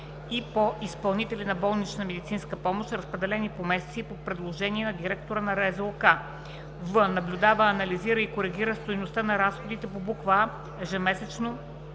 и по изпълнители на болнична медицинска помощ, разпределена по месеци, по предложение на директорите на РЗОК; в) наблюдава, анализира и коригира стойността на разходите по буква „а“ ежемесечно